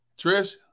Trish